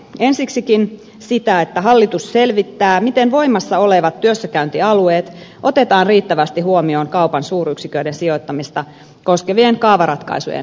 ensiksikin sitä että hallitus selvittää miten voimassa olevat työssäkäyntialueet otetaan riittävästi huomioon kaupan suuryksiköiden sijoittamista koskevien kaavaratkaisujen vaikutusarvioinneissa